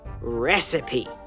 Recipe